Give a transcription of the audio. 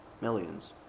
millions